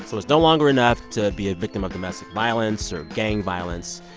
so it's no longer enough to be a victim of domestic violence or gang violence.